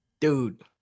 Dude